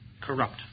corrupt